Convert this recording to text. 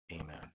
Amen